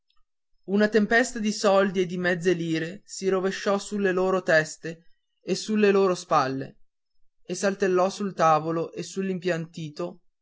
una tempesta di soldi e di mezze lire si rovesciò sulle loro teste e sulle loro spalle e saltellò sul tavolo e